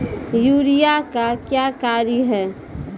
Urea का क्या कार्य हैं?